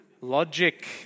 Logic